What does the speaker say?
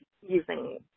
using